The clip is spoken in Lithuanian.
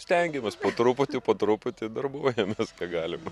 stengiamės po truputį po truputį darbuojamės ką galime